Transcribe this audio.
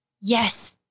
yes